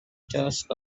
task